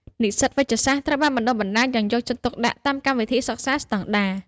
និស្សិតវេជ្ជសាស្ត្រត្រូវបានបណ្ដុះបណ្ដាលយ៉ាងយកចិត្តទុកដាក់តាមកម្មវិធីសិក្សាស្តង់ដារ។